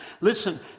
Listen